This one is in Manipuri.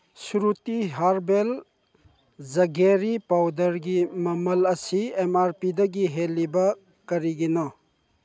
ꯁ꯭ꯔꯨꯇꯤ ꯍꯔꯕꯦꯜ ꯖꯒꯦꯔꯤ ꯄꯥꯎꯗꯔꯒꯤ ꯃꯃꯜ ꯑꯁꯤ ꯑꯦꯝ ꯑꯥꯔ ꯄꯤꯗꯒꯤ ꯍꯦꯜꯂꯤꯕ ꯀꯔꯤꯒꯤꯅꯣ